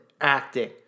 acting